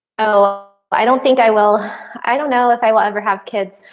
oh. but i don't think i will i don't know if i will ever have kids,